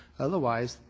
otherwise,